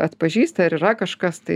atpažįsti ar yra kažkas tai